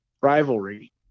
rivalry